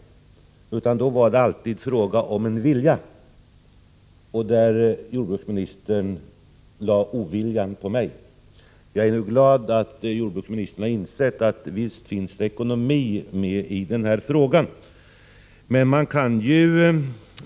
Det handlade alltid om en vilja. Jordbruksministern anklagade mig för ovilja. Jag är nu glad över att jordbruksministern har insett att det finns ekonomiska aspekter på denna fråga.